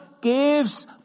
gives